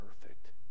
perfect